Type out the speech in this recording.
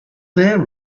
their